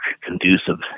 conducive